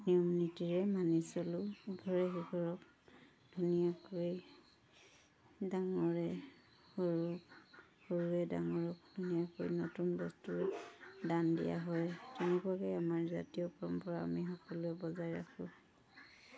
নিয়ম নীতিৰে মানি চলোঁ ইঘৰে সিঘৰক ধুনীয়াকৈ ডাঙৰে সৰুক সৰুৱে ডাঙৰক ধুনীয়াকৈ নতুন বস্তু দান দিয়া হয় তেনেকুৱাকৈ আমাৰ জাতীয় পৰম্পৰা আমি সকলোৱে বজাই ৰাখোঁ